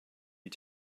you